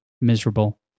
miserable